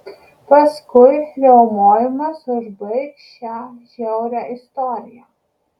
paskui riaumojimas užbaigs šią žiaurią istoriją